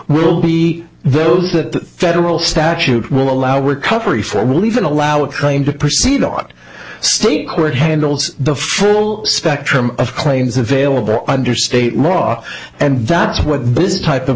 will be those that federal statute will allow recovery for will even allow it to proceed out state court handles the full spectrum of claims available under state law and that's what this type of